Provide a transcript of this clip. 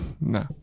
No